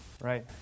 Right